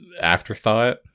afterthought